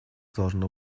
должно